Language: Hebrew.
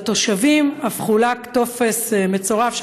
לתושבים אף חולק טופס מצורף,